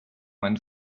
went